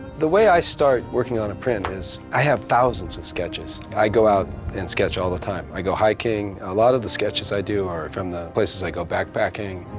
the way i start working on a print is, i have thousands of sketches. i go out and sketch all the time. i go hiking, a lot of the sketches i do are from the places i go backpacking.